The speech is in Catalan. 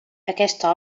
aquesta